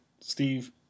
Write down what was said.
Steve